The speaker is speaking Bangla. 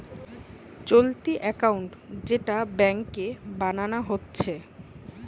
চলতি একাউন্ট যেটা ব্যাংকে বানানা হচ্ছে